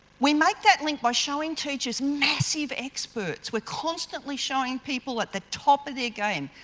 we make that link by showing teachers massive experts, we're constantly showing people at the top of their game,